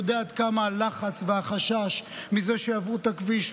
יודע עד כמה הלחץ והחשש מזה שיעברו את הכביש,